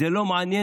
זה לא מעניין